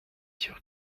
sûr